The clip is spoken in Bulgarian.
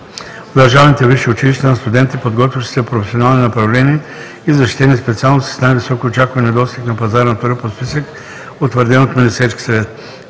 държавните висши училища на студенти, подготвящи се в професионални направления и защитени специалности с най-висок очакван недостиг на пазара на труда по списък, утвърден от Министерския съвет.